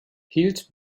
hielt